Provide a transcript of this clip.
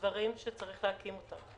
דברים שצריך להקים אותם.